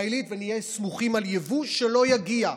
ישראלית ונהיה סמוכים על יבוא שלא יגיע,